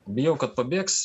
bijau kad pabėgs